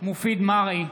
מופיד מרעי,